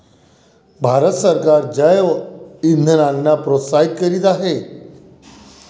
भारत सरकार जैवइंधनांना प्रोत्साहित करीत आहे